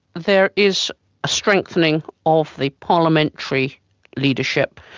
there is a strengthening of the parliamentary leadership,